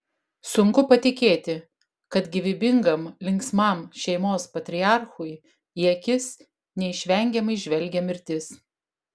sunku patikėti kad gyvybingam linksmam šeimos patriarchui į akis neišvengiamai žvelgia mirtis